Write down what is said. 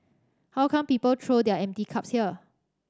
how come people throw their empty cups here